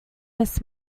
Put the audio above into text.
this